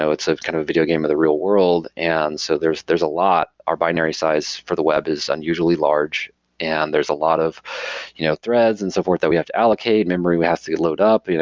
so it's kind of a video game of the real world, and so there's there's a lot. our binary size for the web is unusually large and there's a lot of you know threads and so forth that we have to allocate, memory we have to load up. you know